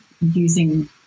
using